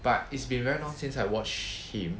but it's been very long since I watch him